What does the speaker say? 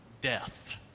death